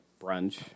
brunch